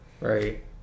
right